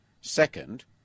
Second